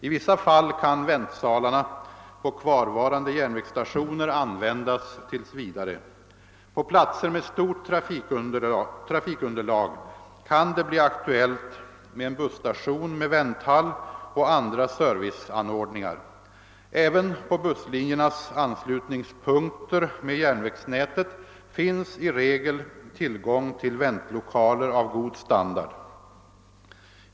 I vissa fall kan väntsalarna på kvarvarande järnvägsstationer användas tills vidare. På platser med stort trafikunderlag kan det bli aktuellt med en busstation med vänthall och andra serviceanordningar. Även på anslutningspunkter mellan busslinjerna och Järnvägsnätet finns i regel tillgång till väntlokaler av god standard.